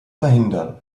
verhindern